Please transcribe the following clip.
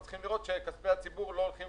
רק שצריכים לראות שכספי הציבור לא הולכים